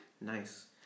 Nice